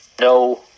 no